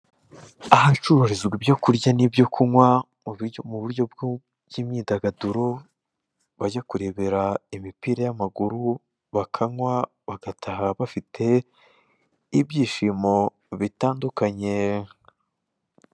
Ahacururizwa ibyo kurya n'ibyo kunywa mu buryo bw'imyidagaduro bajya kurebera imipira y'amaguru bakanywa bagataha bafite ibyishimo bitandukanye.